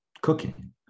cooking